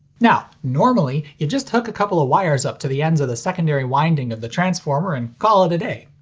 now, normally, you just hook a couple of wires up to the ends of the secondary winding of the transformer and call it a day.